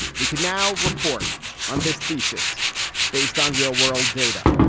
we can now report on this thesis based on real world data.